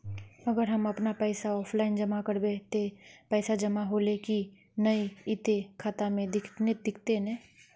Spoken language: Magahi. अगर हम अपन पैसा ऑफलाइन जमा करबे ते पैसा जमा होले की नय इ ते खाता में दिखते ने?